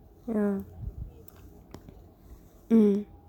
ya mm